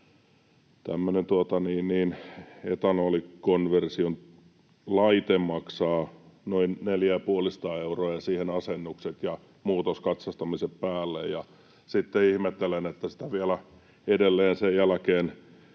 etanolikonversiolaite maksaa noin neljä‑ ja puolisataa euroa ja siihen asennukset ja muutoskatsastamiset päälle. Sitten ihmettelen, että sitä ei vielä edelleen sen jälkeenkään